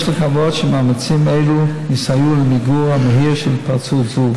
יש לקוות שמאמצים אלה יסייעו למיגור המהיר של התפרצות זו.